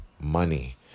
money